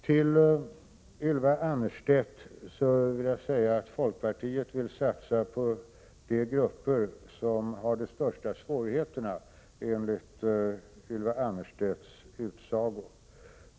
Folkpartiet vill, enligt Ylva Annerstedts utsago, satsa på de grupper som har de största svårigheterna.